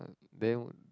then